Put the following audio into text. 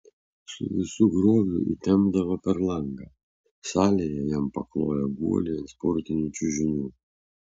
su visu grobiu įtempdavo per langą salėje jam pakloję guolį ant sportinių čiužinių